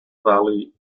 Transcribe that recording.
valley